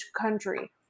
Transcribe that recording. country